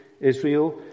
Israel